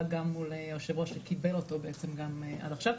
גם מול היושב-ראש שקיבל אותו בעצם גם עד עכשיו.